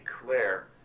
declare